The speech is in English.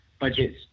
budgets